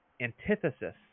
antithesis